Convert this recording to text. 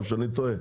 או שאני טועה?